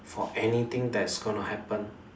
for anything that's gonna happen